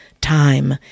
time